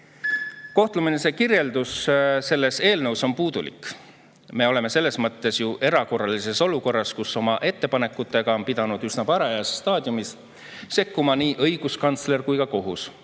Kohtumenetluse kirjeldus selles eelnõus on puudulik. Me oleme selles mõttes ju erakorralises olukorras, kus oma ettepanekutega on pidanud üsna varajases staadiumis sekkuma nii õiguskantsler kui ka kohus.